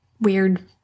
weird